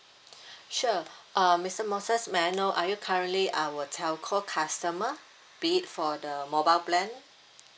sure uh mister moses may I know are you currently our telco customer be it for the mobile plan